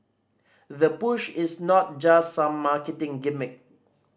the push is not just some marketing gimmick